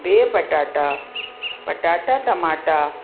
बिह पटाटा पटाटा टमाटा